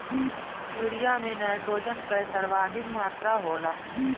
urea में nitrogen कअ सर्वाधिक मात्रा होला